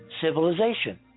civilization